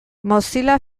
mozilla